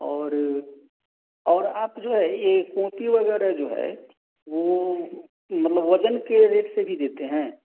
और और आप जो है ये कोपी वगैरह जो है वो मतलब वज़न के रेट से भी देते हैं